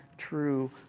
true